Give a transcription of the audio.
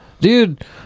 Dude